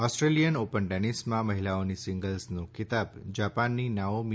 Australian open ટેનિસમાં મહિલાઓની સિંગલ્સનો ખિતાબ જાપાનની નાઓમી